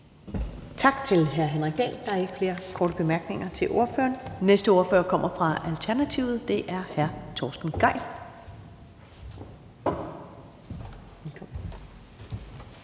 Tak til hr. Henrik Dahl. Der er ikke flere korte bemærkninger til ordføreren. Den næste ordfører kommer fra Alternativet, og det er hr. Torsten Gejl.